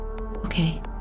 Okay